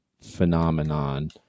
phenomenon